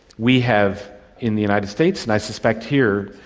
we have in the united states and i suspect here,